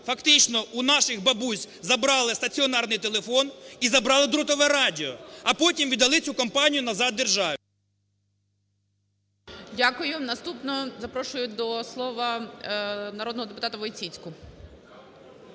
Фактично у наших бабусь забрали стаціонарний телефон і забрали дротове радіо, а потім віддали цю компанію назад державі. ГОЛОВУЮЧИЙ. Дякую. Наступною прошу до слова народного депутата Войціцьку.